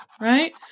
Right